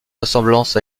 ressemblance